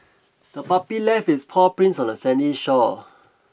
the puppy left its paw prints on the sandy shore